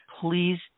please